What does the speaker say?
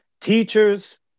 teachers